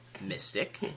Mystic